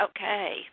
okay